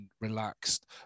relaxed